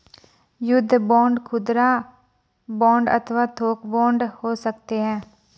युद्ध बांड खुदरा बांड अथवा थोक बांड हो सकते हैं